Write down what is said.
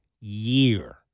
year